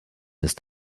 ist